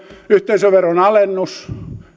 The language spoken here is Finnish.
yhteisöveron alennus